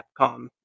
Capcom